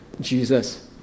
Jesus